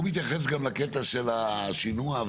הוא מתייחס גם לקטע של השינוע.